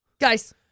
Guys